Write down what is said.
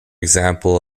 example